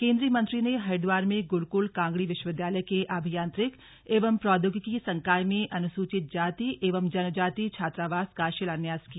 केंद्रीय मंत्री ने हरिद्वार में गुरुकुल कांगड़ी विश्वविद्यालय के आभियांत्रिकी एवं प्रौद्योगिकी संकाय में अनुसूचित जाति एवं जनजातीय छात्रावास का शिलान्यास किया